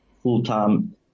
full-time